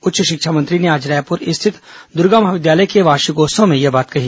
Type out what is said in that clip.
उच्च शिक्षा मंत्री ने आज रायपुर स्थित दुर्गा महाविद्यालय के वार्षिकोत्सव में यह बात कही